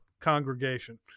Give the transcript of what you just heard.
congregation